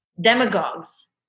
demagogues